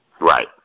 Right